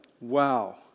Wow